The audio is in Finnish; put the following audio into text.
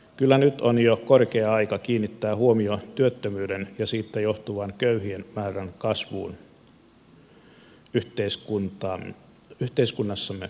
kyllä nyt on jo korkea aika kiinnittää huomio työttömyyden ja siitä johtuvan köyhien määrän kasvuun yhteiskunnassamme